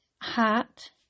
hat